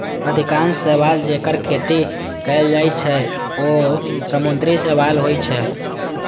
अधिकांश शैवाल, जेकर खेती कैल जाइ छै, ओ समुद्री शैवाल होइ छै